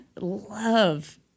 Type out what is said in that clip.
love